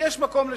יש מקום לשנות.